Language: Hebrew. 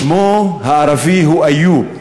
שמו הערבי הוא איוּב,